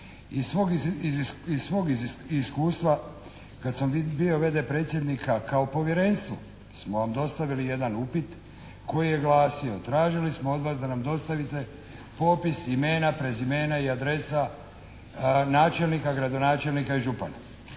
Iz svog iskustva kad sam bio v.d. predsjednika kao povjerenstvo smo vam dostavili jedan upit koji je glasio, tražili smo od vas da nam dostavite popis imena, prezimena i adresa načelnika, gradonačelnika i župana.